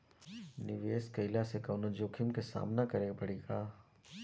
निवेश कईला से कौनो जोखिम के सामना करे क परि का?